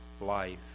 life